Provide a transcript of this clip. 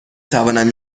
توانم